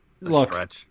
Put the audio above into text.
look